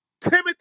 Timothy